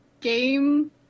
game